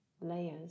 layers